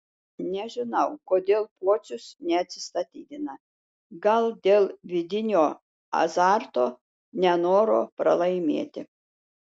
nežinau kodėl pocius neatsistatydina gal dėl vidinio azarto nenoro pralaimėti